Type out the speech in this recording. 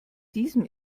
diesem